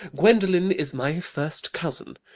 gwendolen is my first cousin.